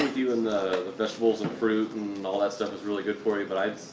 you on the vegetables and fruits and all that stuff is really good for you, but i,